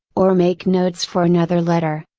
or make notes for another letter,